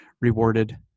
rewarded